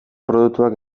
produktuak